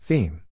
Theme